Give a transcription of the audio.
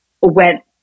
went